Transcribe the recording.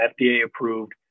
FDA-approved